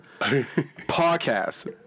Podcast